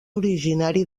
originari